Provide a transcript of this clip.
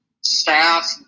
staff